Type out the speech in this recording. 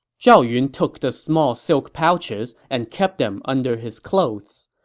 zhao yun took the small silk pouches and kept them under his clothes.